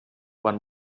van